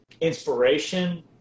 inspiration